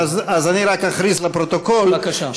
אז אני רק אכריז לפרוטוקול, בבקשה.